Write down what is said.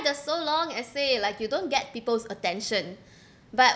the so long essay like you don't get people's attention but